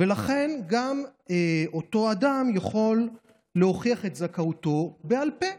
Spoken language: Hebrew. ולכן גם אותו אדם יכול להוכיח את זכאותו בעל פה,